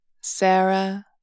Sarah